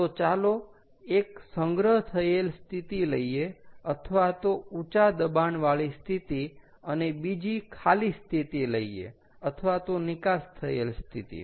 તો ચાલો એક સંગ્રહ થયેલ સ્થિતિ લઈએ અથવા તો ઉચા દબાણવાળી સ્થિતિ અને બીજી ખાલી સ્થિતિ લઈએ અથવા તો નિકાસ થયેલ સ્થિતિ